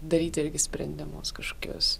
daryti irgi sprendimus kažkokius